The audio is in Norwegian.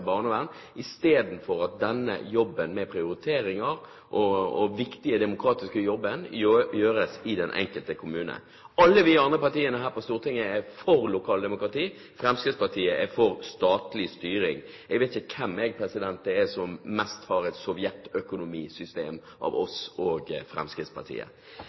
barnevern, istedenfor at denne jobben med prioriteringer, denne viktige demokratiske jobben, gjøres i den enkelte kommune. Alle andre partier her på Stortinget er for lokaldemokrati. Fremskrittspartiet er for statlig styring. Jeg vet ikke hvem som har det mest sovjetiske økonomisystemet, vi eller Fremskrittspartiet? Men la meg få spørre om én ting som er høyst uklar for meg, og det er